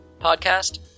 podcast